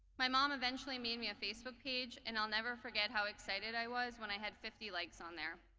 my mom eventually made me a facebook page, and i'll never forget how excited i was when i had fifty likes on there.